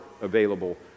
available